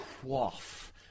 quaff